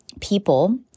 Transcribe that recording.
people